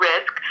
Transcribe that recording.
risk